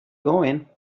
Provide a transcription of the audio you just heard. going